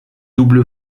double